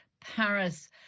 Paris